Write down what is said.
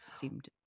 seemed